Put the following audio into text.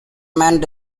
men